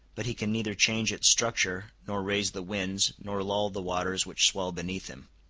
but he can neither change its structure, nor raise the winds, nor lull the waters which swell beneath him.